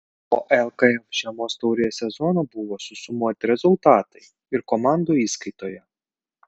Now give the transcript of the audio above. po lkf žiemos taurės sezono buvo susumuoti rezultatai ir komandų įskaitoje